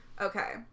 Okay